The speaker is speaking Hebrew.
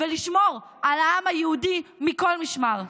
לשמור על העם היהודי מכל משמר.